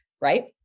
right